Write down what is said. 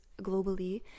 globally